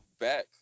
back